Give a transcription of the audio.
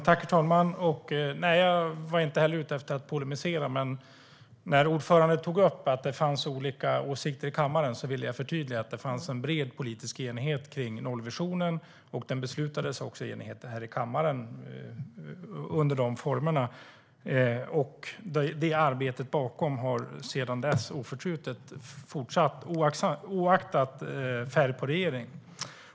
Herr talman! Jag var inte heller ute efter att polemisera. När Karin Svensson Smith tog upp att det fanns olika åsikter i kammaren ville jag förtydliga att det fanns en bred politisk enighet om nollvisionen, och den beslutades också i enighet här i riksdagen. Arbetet bakom har sedan dess fortsatt oförtrutet, oavsett regeringens färg.